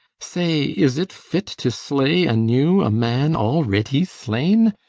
say, is it fit to slay anew a man already slain?